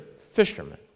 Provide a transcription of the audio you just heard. fishermen